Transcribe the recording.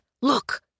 Look